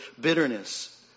bitterness